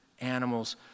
animals